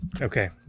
Okay